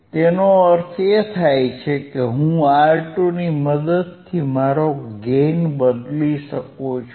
તેથી તેનો અર્થ એ છે કે હું R2 ની મદદથી મારો ગેઇન બદલી શકું છું